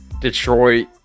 Detroit